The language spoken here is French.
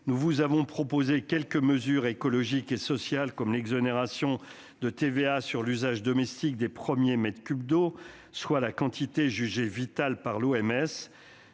Nous vous avons proposé quelques mesures écologiques et sociales, comme l'exonération de TVA sur l'usage domestique des premiers mètres cubes d'eau, soit la quantité jugée vitale par